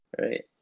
right